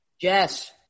Jess